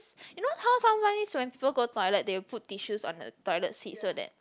you know how sometimes when people go toilet they will put tissues on the toilet seat so that